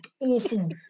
awful